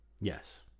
Yes